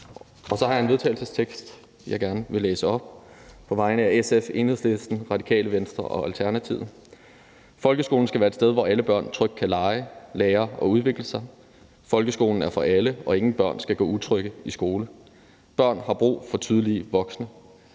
Jeg har en vedtagelsestekst, jeg gerne vil læse op på vegne af SF, Enhedslisten, Radikale Venstre og Alternativet: Forslag til vedtagelse »Folkeskolen skal være et sted, hvor alle børn trygt kan lege, lære og udvikle sig. Folkeskolen er for alle, og ingen børn skal gå utrygge i skole. Børn har brug for tydelige voksne.